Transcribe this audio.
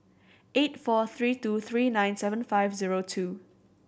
eight four three two three nine seven five zero two